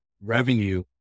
revenue